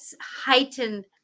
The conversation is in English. heightened